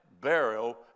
burial